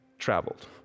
traveled